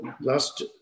last